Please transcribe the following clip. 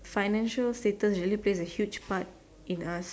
financial status really plays a huge part in us